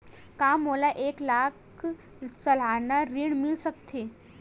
का मोला एक लाख सालाना ऋण मिल सकथे?